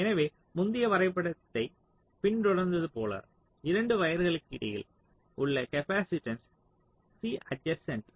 எனவே முந்தைய வரைபடத்தைப் பின்தொடர்வது போல 2 வயர்களுக்கு இடையில் உள்ள காப்பாசிட்டன்ஸ் C அட்ஜர்ஸ்ன்ட்